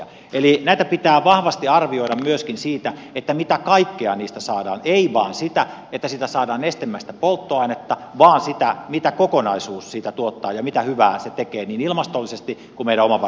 eli näitä pitää vahvasti arvioida myöskin siinä mitä kaikkea niistä saadaan ei vain sitä että siitä saadaan nestemäistä polttoainetta vaan sitä mitä kokonaisuus siitä tuottaa ja mitä hyvää se tekee niin ilmastollisesti kuin meidän omavaraisuudenkin osalta